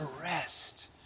rest